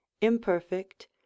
imperfect